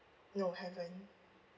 no haven't